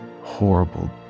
horrible